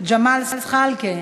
ג'מאל זחאלקה,